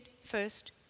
first